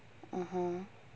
(uh huh)